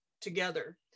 together